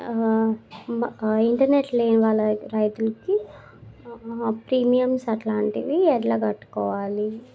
internet లేని వాళ్ళ రైతులకి ప్రీమియమ్స్ అట్లాంటివి ఎట్లా కట్టుకోవాలి